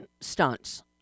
stunts